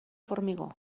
formigó